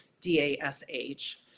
D-A-S-H